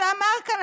שאמר כאן,